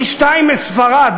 פי-שניים מאשר בספרד,